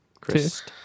Chris